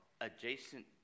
adjacent